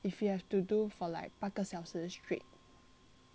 if you have to do for like 八个小时 straight